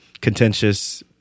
contentious